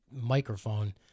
microphone